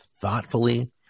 thoughtfully